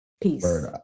Peace